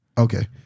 Okay